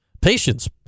Patience